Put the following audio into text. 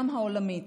גם העולמית,